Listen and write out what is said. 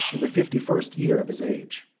in the fifty-first year of his age.